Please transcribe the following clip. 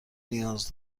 نیاز